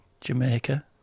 Jamaica